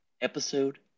episode